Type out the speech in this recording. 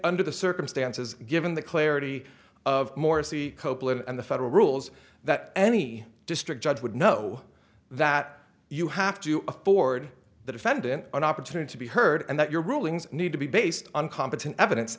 under the circumstances given the clarity of morsi and the federal rules that any district judge would know that you have to afford the defendant an opportunity to be heard and that your rulings need to be based on competent evidence